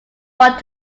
want